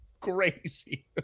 crazy